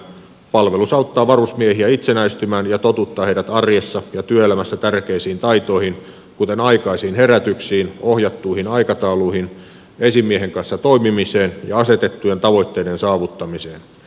palvelus auttaa varusmiehiä itsenäistymään ja totuttaa heidät arjessa ja työelämässä tärkeisiin taitoihin kuten aikaisiin herätyksiin ohjattuihin aikatauluihin esimiehen kanssa toimimiseen ja asetettujen tavoitteiden saavuttamiseen